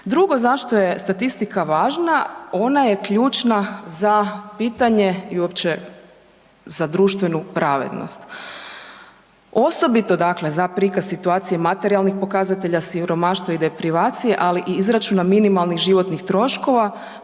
Drugo zašto je statistika važna, ona je ključna za pitanje i uopće za društvenu pravednost. Osobito dakle za prikaz situacije materijalnih pokazatelja, siromaštva i deprivacije ali i izračuna minimalnih životnih troškova